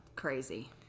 Crazy